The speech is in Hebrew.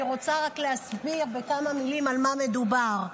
אני רוצה רק להסביר בכמה מילים על מה מדובר.